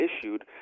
issued